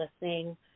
listening